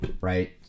right